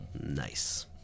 nice